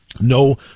no